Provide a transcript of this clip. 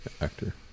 actor